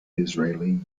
israeli